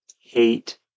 hate